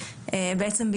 בעצם,